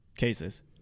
cases